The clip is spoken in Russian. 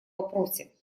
вопросе